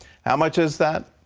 how much is that?